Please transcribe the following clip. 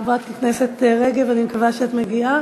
חברת הכנסת רגב, אני מקווה שאת מגיעה.